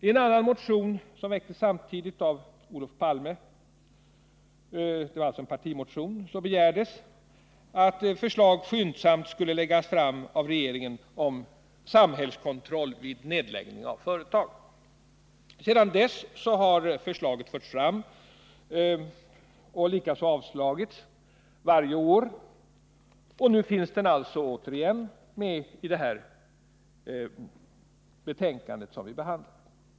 I en annan motion, som väcktes samtidigt av Olof Palme m.fl. — det var alltså en partimotion — begärdes att förslag skyndsamt skulle läggas fram av regeringen om samhällskontroll vid nedläggning av företag. Sedan dess har förslaget förts fram och och likaså avslagits varje år, och nu finns det alltså återigen med i det betänkande som vi behandlar.